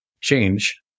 change